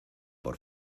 por